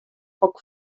poc